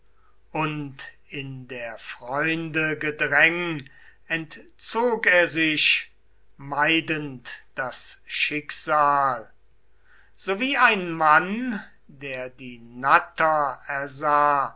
und in der freunde gedräng entzog er sich meidend das schicksal so wie ein mann der die natter ersah